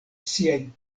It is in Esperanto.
siajn